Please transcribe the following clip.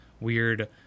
weird